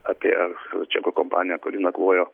apie čekų kompanija kuri nakvojo